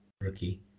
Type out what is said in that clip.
rookie